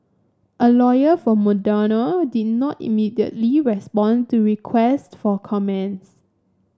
a lawyer for Madonna did not immediately respond to request for comments